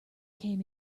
came